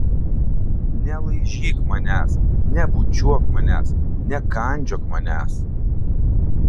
nelaižyk manęs nebučiuok manęs nekandžiok manęs